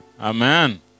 Amen